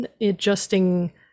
Adjusting